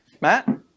Matt